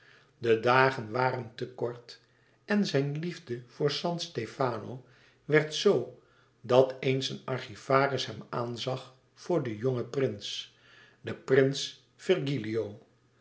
de dagen waren te kort en zijn liefde voor san stefano werd z dat eens een archivaris hem aanzag voor den jongen prins den prins